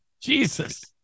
Jesus